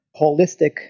holistic